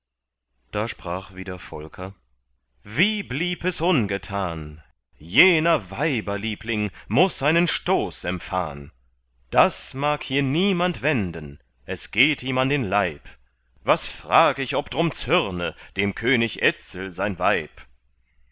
da sprach wieder volker wie blieb es ungetan jener weiberliebling muß einen stoß empfahn das mag hier niemand wenden es geht ihm an den leib was frag ich ob drum zürne dem könig etzel sein weib